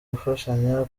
gufashanya